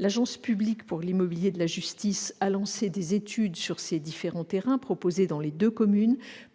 L'Agence publique pour l'immobilier de la justice a lancé des études sur les terrains proposés dans les deux communes